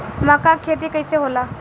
मका के खेती कइसे होला?